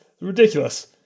ridiculous